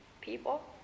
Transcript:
people